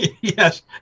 Yes